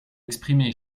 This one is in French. exprimé